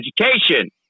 education